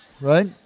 right